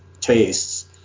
tastes